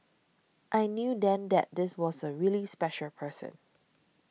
I knew then that this was a really special person